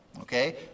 Okay